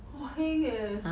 !wah! heng eh